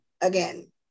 again